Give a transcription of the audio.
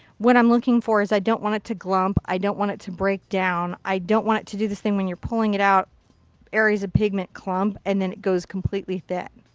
what i'm looking for is i don't want it to clump. i don't want it to break down. i don't want it to do this thing, when you're pulling it out areas of pigment clump and then it goes completely thin.